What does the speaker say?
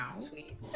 Sweet